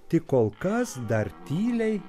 tik kol kas dar tyliai